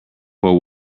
fore